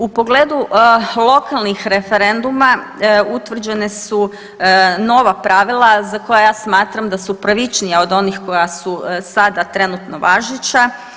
U pogledu lokalnih referenduma utvrđene su nova pravila za koja ja smatram da su pravičnija od onih koja su sada trenutno važeća.